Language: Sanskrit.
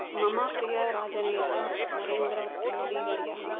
मम प्रियः राजनेता नरेन्द्रमोदीवर्यः